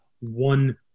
one